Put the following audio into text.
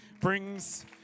brings